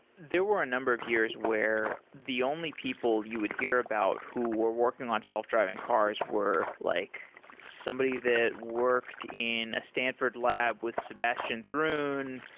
there were a number of years where the only people you would hear about who were working on self-driving cars were like somebody that worked in a stanford lab with sebastian thrun,